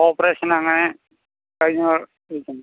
operation അങ്ങനെ കഴിഞ്ഞവർ ഇരിക്കുന്നു